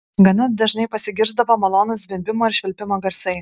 gana dažnai pasigirsdavo malonūs zvimbimo ir švilpimo garsai